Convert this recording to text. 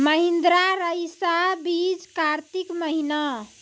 महिंद्रा रईसा बीज कार्तिक महीना?